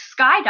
skydiving